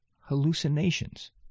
hallucinations